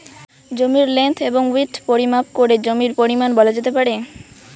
জমির লেন্থ এবং উইড্থ পরিমাপ করে জমির পরিমান বলা যেতে পারে